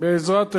בעזרת השם,